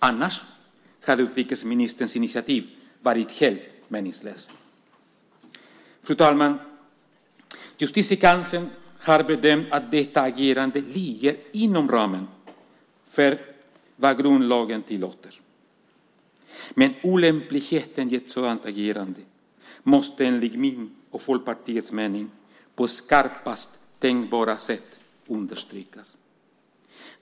Annars hade utrikesministerns initiativ varit helt meningslöst. Fru talman! Justitiekanslern har bedömt att detta agerande ligger inom ramen för vad grundlagen tillåter, men olämpligheten i ett sådant agerande måste enligt min och Folkpartiets mening på skarpast tänkbara sätt understrykas.